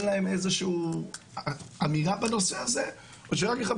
אין להם איזו שהיא אמירה בנושא הזה או שמכבי